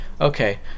Okay